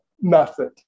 method